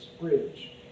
bridge